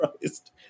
Christ